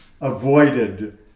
avoided